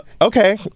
Okay